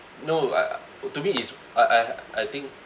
no I to me is I I I think